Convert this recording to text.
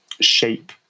shape